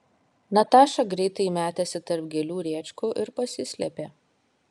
nataša greitai metėsi tarp gėlių rėčkų ir pasislėpė